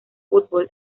fútbol